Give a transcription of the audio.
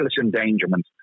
endangerment